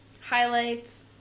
Highlights